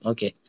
Okay